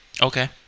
Okay